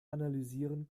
analysieren